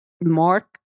Mark